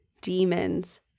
demons